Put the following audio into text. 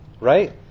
right